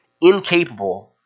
incapable